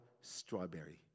strawberry